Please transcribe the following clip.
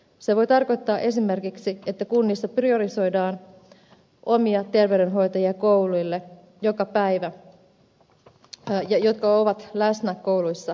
se voi tarkoittaa esimerkiksi että kunnissa priorisoidaan kouluille omia terveydenhoitajia jotka ovat läsnä kouluissa joka päivä